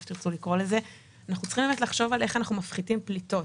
אנחנו צריכים לחשוב איך אנחנו מפחיתים פליטות.